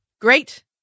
great